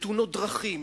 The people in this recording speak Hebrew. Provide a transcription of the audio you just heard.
לתאונות דרכים,